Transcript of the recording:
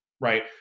right